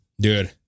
dude